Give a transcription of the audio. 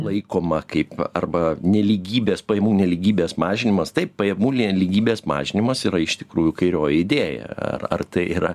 laikoma kaip arba nelygybės pajamų nelygybės mažinimas taip pajamų nelygybės mažinimas yra iš tikrųjų kairioji idėja ar tai yra